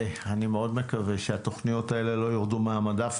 אני מאוד מקווה שהתוכניות האלה לא ירדו מהמדף,